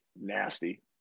Nasty